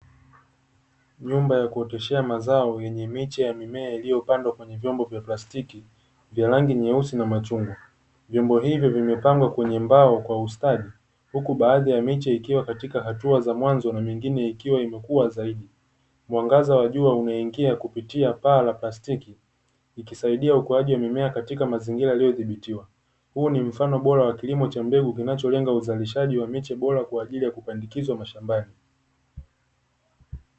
Nyumba ya kuoteshea mazao yenye miche ya mimea iliyopandwa kwenye vyombo vya plastiki, vya rangi nyeusi na machungwa. Vyombo hivyo vimepangwa kwenye mbao kwa ustadi huku baadhi ya miche ikiwa katika hatua za mwanzo na mingine ikiwa imekua zaidi. Mwangaza wa jua unaingia kupitia paa la plastiki, ikisaidia ukuaji wa mimea katika mazingira yaliyodhibitiwa. Huu ni mfano bora wa kilimo cha mbegu kinacholenga uzalishaji wa miche bora kwa ajili ya kupandikizwa mashambani.